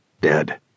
Dead